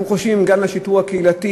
אנחנו חושבים שגם לשיטור הקהילתי,